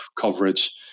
coverage